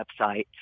website